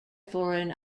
foreign